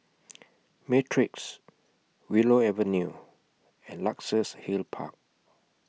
Matrix Willow Avenue and Luxus Hill Park